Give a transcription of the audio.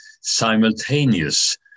simultaneous